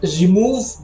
remove